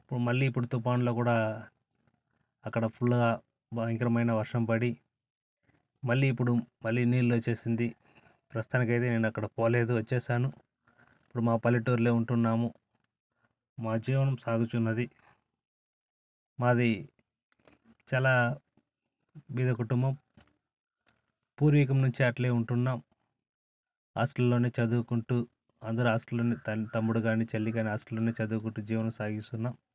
ఇప్పుడు మళ్ళీ ఇప్పుడు తుఫాన్లో కూడా అక్కడ ఫుల్గా భయంకరమైన వర్షం పడి మళ్ళీ ఇప్పుడు మళ్ళీ నీళ్ళు వచ్చేసింది ప్రస్తుతానికైతే నేను అక్కడికి పోలేదు వచ్చేసాను ఇప్పుడు మా పల్లెటూరులో ఉంటున్నాము మా జీవనం సాగుతున్నది మాది చాలా బీద కుటుంబం పూర్వికుల నుంచే అట్లే ఉంటున్నాం హాస్టల్లోనే చదువుకుంటు అందరు హాస్టల్లో తమ్ముడు కానీ చెల్లి కానీ హాస్టల్లోనే చదువుకుంటు జీవనం సాగిస్తున్నాం